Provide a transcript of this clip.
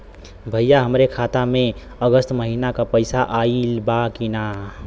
भईया हमरे खाता में अगस्त महीना क पैसा आईल बा की ना?